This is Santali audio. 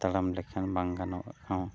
ᱛᱟᱲᱟᱢ ᱞᱮᱠᱷᱟᱱ ᱵᱟᱝ ᱜᱟᱱᱚᱜ ᱨᱮᱦᱚᱸ